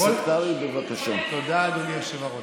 אדוני היושב-ראש.